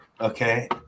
Okay